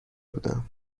بودم